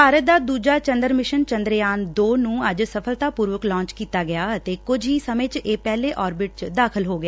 ਭਾਰਤ ਦਾ ਦੁਸਰਾ ਵਿਸ਼ਵ ਚੰਦਰਯਾਮ ਦੋ ਨੰ ਅੱਜ ਸਫ਼ਲਤਾ ਪੁਰਵਕ ਲਾਂਚ ਕੀਤਾ ਗਿਆ ਅਤੇ ਕੁਝ ਹੀ ਸਮੇਂ ਚ ਇਹ ਪਹਿਲੇ ਓਰਬਿਟ ਚ ਦਾਖਲ ਹੋ ਗਿਆ